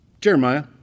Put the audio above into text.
Jeremiah